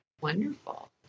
wonderful